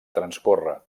transcorre